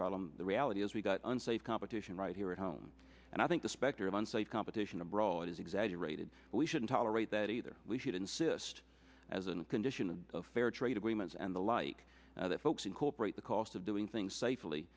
problem the reality is we've got unsafe competition right here at home and i think the specter of unsafe competition abroad is exaggerated and we shouldn't tolerate that either we should insist as a condition of fair trade agreements and the like that folks incorporate the cost of doing things safely